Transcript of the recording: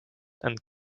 and